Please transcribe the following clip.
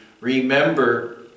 remember